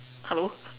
hello